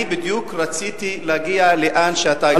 אני בדיוק רציתי להגיע לאן שאתה הגעת.